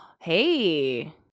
hey